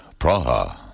Praha